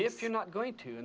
or you're not going to